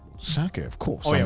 sake. of course. oh yeah.